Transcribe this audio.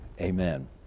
Amen